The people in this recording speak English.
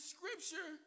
Scripture